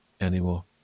anymore